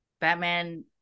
batman